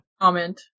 comment